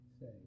say